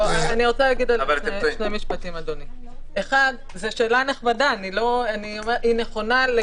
התאגיד מחויב להתריע בפניו על כל מיני